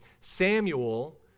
Samuel